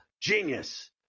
Genius